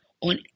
on